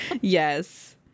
Yes